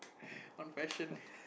on passion